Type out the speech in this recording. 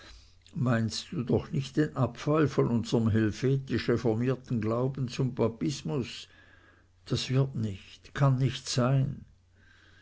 meinst du doch nicht den abfall von unserm helvetisch reformierten glauben zum papismus das wird nicht kann nicht sein